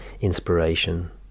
inspiration